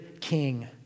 king